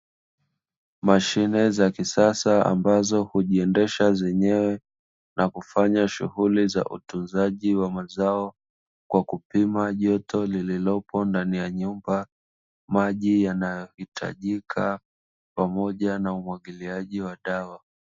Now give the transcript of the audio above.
Mashine za kisasa ambazo hujiendesha zenyewe na kufanya shughuli za utunzaji wa mazao, kwa kupima joto lililopo ndani ya nyumba, maji yanayohitajika pamoja na umwagiliaji wa dawa.